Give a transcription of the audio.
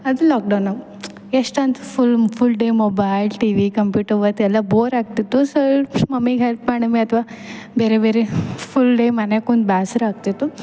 ಅದು ಲಾಕ್ಡೌನಾಗ ಎಷ್ಟಂತ full full day mobile TV computer ಒತ್ತೆಲ್ಲ ಬೋರ್ ಆಗ್ತಿತ್ತು ಸೊ ಮಮ್ಮಿಗೆ ಹೆಲ್ಪ್ ಮಾಡಮೆ ಅಥ್ವ ಬೇರೆ ಬೇರೆ ಫುಲ್ ಡೇ ಮನ್ಯಾಗ ಕುಂತು ಬ್ಯಾಸರ ಆಗ್ತಿತ್ತು